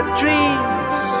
dreams